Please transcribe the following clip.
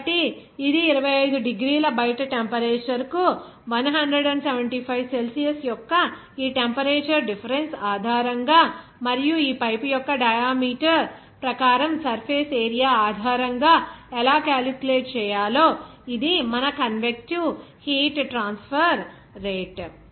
కాబట్టి ఇది 25 డిగ్రీల బయట టెంపరేచర్ కు 175 సెల్సియస్ యొక్క ఈ టెంపరేచర్ డిఫరెన్స్ ఆధారం గా మరియు ఈ పైపు యొక్క డయామీటర్ ప్రకారం సర్ఫేస్ ఏరియా ఆధారంగా ఎలా క్యాలిక్యులేట్ చేయాలో ఇది మన కన్వెక్టీవ్ హీట్ ట్రాన్స్ఫర్ రేట్